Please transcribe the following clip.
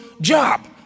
job